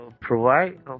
provide